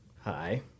hi